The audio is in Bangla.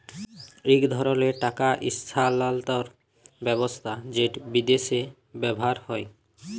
ইক ধরলের টাকা ইস্থালাল্তর ব্যবস্থা যেট বিদেশে ব্যাভার হ্যয়